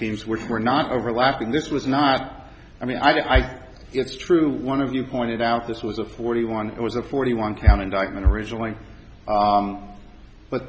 which were not overlapping this was not i mean i it's true one of you pointed out this was a forty one it was a forty one town indictment originally but